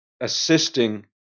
assisting